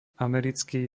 americký